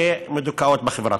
כמדוכאות בחברה.